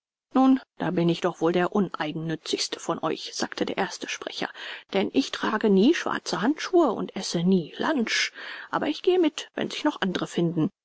nun da bin ich doch wohl der uneigennützigste von euch sagte der erste sprecher denn ich trage nie schwarze handschuhe und esse nie lunch aber ich gehe mit wenn sich noch andere finden